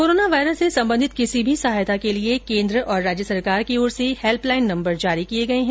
corona virus से संबंधित किसी भी सहायता के लिए केन्द्र और राज्य की ओर से हेल्प लाइन नम्बर जारी किए गए है